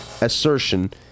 assertion